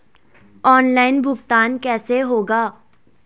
Online भुगतान कैसे होगा?